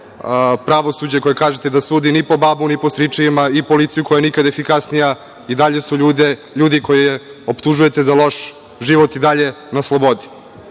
pravosuđe koje kažete da sudi ni po babu ni po stričevima i policiju koja je nikada efikasnija, a i dalje su ljudi koje optužujete za loš život, i dalje na slobodi. Dakle,